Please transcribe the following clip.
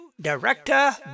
Director